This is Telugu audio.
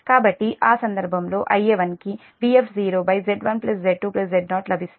కాబట్టి ఆ సందర్భంలో Ia1 కి Vf0 Z1Z2Z0 లభిస్తుంది